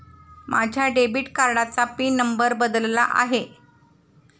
माझ्या डेबिट कार्डाचा PIN number बदलला आहे